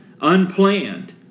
unplanned